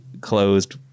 closed